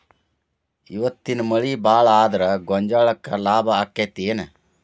ಇವತ್ತಿನ ಮಳಿ ಭಾಳ ಆದರ ಗೊಂಜಾಳಕ್ಕ ಲಾಭ ಆಕ್ಕೆತಿ ಏನ್?